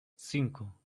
cinco